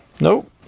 Nope